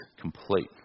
complete